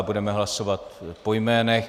Budeme hlasovat po jménech.